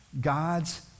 God's